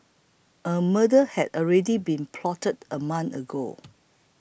a murder had already been plotted a month ago